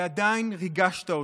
ועדיין ריגשת אותי.